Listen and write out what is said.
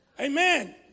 Amen